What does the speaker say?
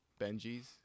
Benji's